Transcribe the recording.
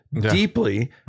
deeply